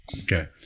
Okay